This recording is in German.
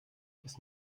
das